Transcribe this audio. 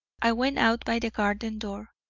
i went out by the garden door,